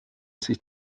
sich